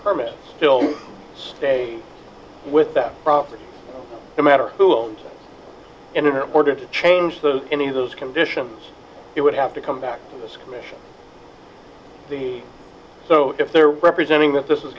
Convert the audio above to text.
permit still stay with that property no matter who owns it and in order to change those any of those conditions it would have to come back to this commission the so if they're representing that this